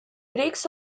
breaks